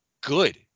good